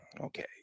Okay